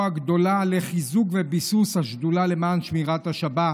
הגדולה לחיזוק וביסוס השדולה למען שמירת השבת,